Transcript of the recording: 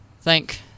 Thank